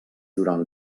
durant